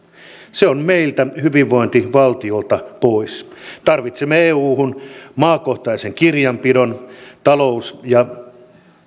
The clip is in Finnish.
se on meiltä hyvinvointivaltiolta pois tarvitsemme euhun maakohtaisen kirjanpidon talous ja